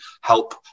help